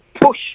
push